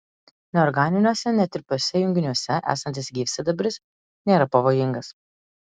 neorganiniuose netirpiuose junginiuose esantis gyvsidabris nėra pavojingas